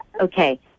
okay